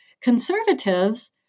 Conservatives